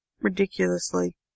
ridiculously